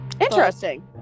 Interesting